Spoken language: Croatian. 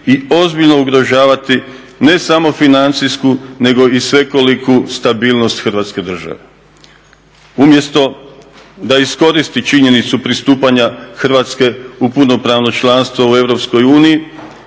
i ozbiljno ugrožavati ne samo financijsku nego i svekoliku stabilnost Hrvatske države. Umjesto da iskoristi činjenicu pristupanja Hrvatske u punopravno članstvo u EU